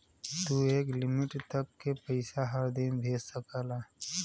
तू एक लिमिट तक के पइसा हर दिन भेज सकला